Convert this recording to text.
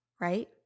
right